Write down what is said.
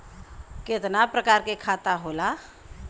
कितना प्रकार के खाता होला?